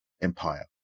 Empire